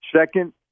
Second